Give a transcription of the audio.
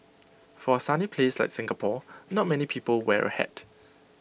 for A sunny place like Singapore not many people wear A hat